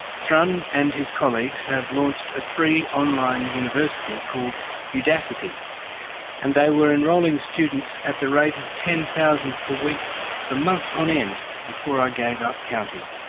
thrun and his colleagues have launched a free online university called udacity and they were enrolling students at the rate of ten thousand per week for months on end before i gave up counting.